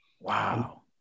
Wow